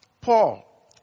Paul